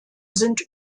sind